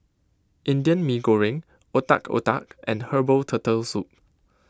Indian Mee Goreng Otak Otak and Herbal Turtle Soup